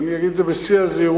אני אגיד את זה בשיא הזהירות,